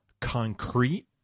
concrete